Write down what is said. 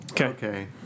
Okay